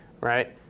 right